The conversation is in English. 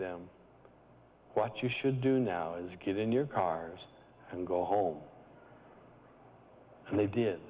them what you should do now is get in your cars and go home and they did